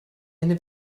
eine